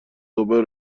اوبر